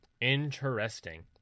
Interesting